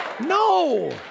No